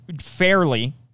fairly